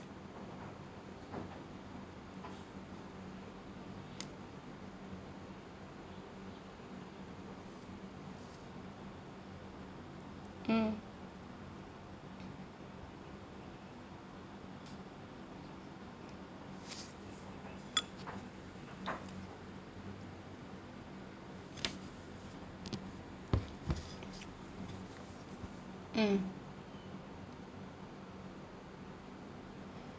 mm mm